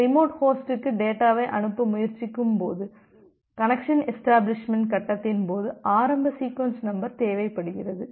remote ஹோஸ்டுக்கு டேட்டாவை அனுப்ப முயற்சிக்கும்போது கனெக்சன் எஷ்டபிளிஷ்மெண்ட் கட்டத்தின் போது ஆரம்ப சீக்வென்ஸ் நம்பர் தேவைப்படுகிறது